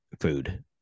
food